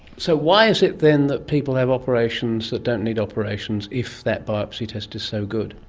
so why is it then that people have operations that don't need operations if that biopsy test is so good?